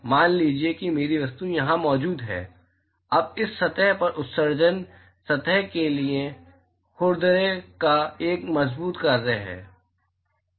मान लीजिए कि मेरी वस्तु यहाँ मौजूद है अब इस सतह से उत्सर्जन सतह के खुरदरेपन का एक मजबूत कार्य है